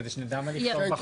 כדי שנגע מה לכתוב בחוק,